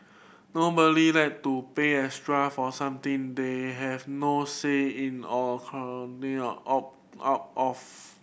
nobody like to pay extra for something they have no say in or can opt out off